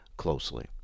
closely